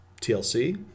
TLC